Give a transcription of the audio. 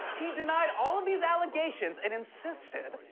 he denied all of these allegations and insisted.